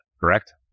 Correct